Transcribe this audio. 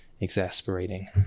exasperating